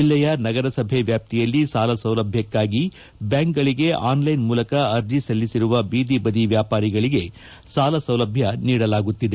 ಜಿಲ್ಲೆಯ ನಗರಸಭೆ ವ್ಯಾಪ್ತಿಯಲ್ಲಿ ಸಾಲಸೌಲಭ್ಯಕ್ಕಾಗಿ ಬ್ಯಾಂಕ್ಗಳಿಗೆ ಆನ್ಲೈನ್ ಮೂಲಕ ಅರ್ಜಿ ಸಲ್ಲಿಸಿರುವ ಬೀದಿಬದಿ ವ್ಯಾಪಾರಿಗಳಿಗೆ ಸಾಲ ಸೌಲಭ್ಯ ನೀಡಲಾಗುತ್ತಿದೆ